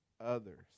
others